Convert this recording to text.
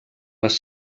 les